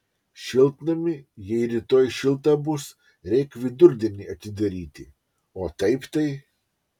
šiltnamį jei rytoj šilta bus reik vidurdienį atidaryti o taip tai